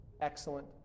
excellent